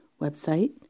website